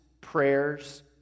prayers